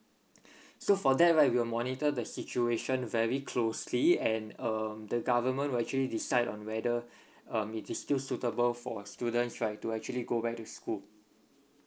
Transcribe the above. so for that right we'll monitor the situation very closely and um the government will actually decide on whether um it is still suitable for students right to actually go back to school